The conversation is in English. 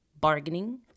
bargaining